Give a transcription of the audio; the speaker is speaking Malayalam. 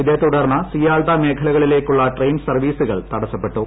ഇതേതുടർന്ന് സിയാൽദാ മേഖലകളിലേയ്ക്കുളള ട്രെയിൻ സർവ്വീസുകൾ തടസ്സപ്പെട്ടു